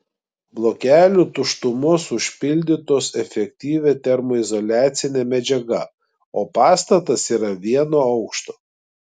blokelių tuštumos užpildytos efektyvia termoizoliacine medžiaga o pastatas yra vieno aukšto